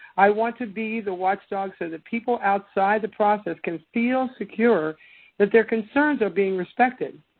i want to be the watchdog, so that people outside the process can feel secure that their concerns are being respected.